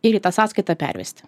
ir į tą sąskaitą pervesti